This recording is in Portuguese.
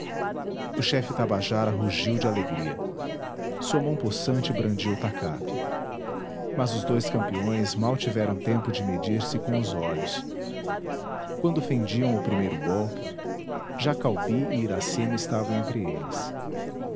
o chefe tabajara rugiu de alegria sua mão possante brandiu o tacape mas os dois campeões mal tiveram tempo de medir se com os olhos quando fendiam o primeiro golpe já caubi e iracema estavam entre eles